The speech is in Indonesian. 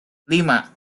lima